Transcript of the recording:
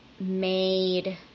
made